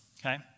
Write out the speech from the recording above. okay